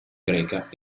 greca